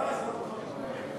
לא,